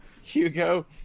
Hugo